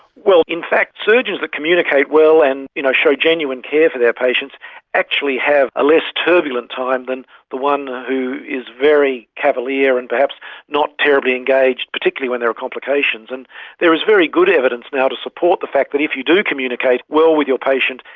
well, in fact surgeons who communicate well and you know show genuine care for their patients actually have a less turbulent time than the one who is very cavalier and perhaps not terribly engaged, particularly when there are complications. and there is very good evidence now to support the fact that if you do communicate well with your patient,